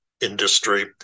industry